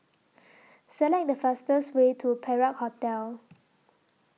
Select The fastest Way to Perak Hotel